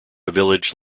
village